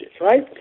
right